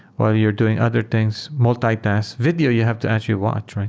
while you're doing other things, multitask. video, you have to actually watch,